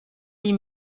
dix